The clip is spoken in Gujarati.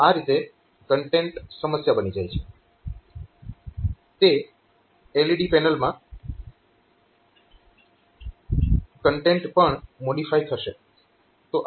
તો આ રીતે કન્ટેન્ટ સમસ્યા બની જાય છે તે LED પેનલમાં કન્ટેન્ટ પણ મોડિફાય થશે